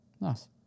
Nice